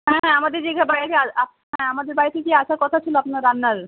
হ্যাঁ আমাদের যেই ঘ বাড়িতে হ্যাঁ আমাদের বাড়িতে কি আসার কথা ছিলো আপনার রান্নার